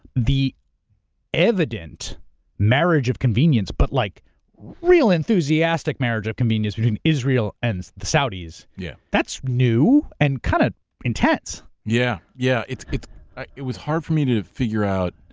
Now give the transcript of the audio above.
the evident marriage of convenience, but like really enthusiastic marriage of convenience between israel and the saudis. yeah. that's new, and kind of intense. yeah. yeah it ah it was hard for me to figure out,